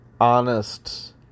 honest